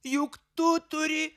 juk tu turi